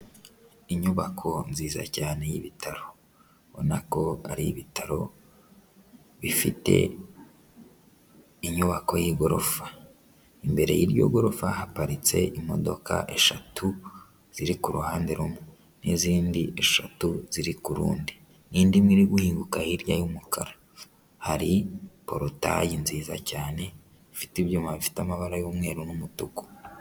Inyubako nziza cyane y'ibitaro; ubona ko ari ibitaro bifite inyubako y'igorofa. Imbere y'iryo gorofa haparitse imodoka eshatu ziri ku ruhande rumwe n'izindi eshatu ziri kuru rundi n' indi iri guhinguka hirya y'umukara. Hari porotayi nziza cyane, ifite ibyuma bifite amabara y'umweru n'umutuku.